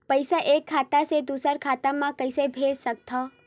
पईसा एक खाता से दुसर खाता मा कइसे कैसे भेज सकथव?